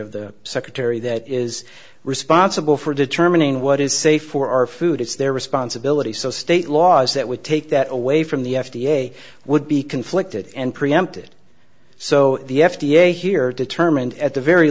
of the secretary that is responsible for determining what say for our food it's their responsibility so state laws that would take that away from the f d a would be conflicted and preempted so the f d a here determined at the very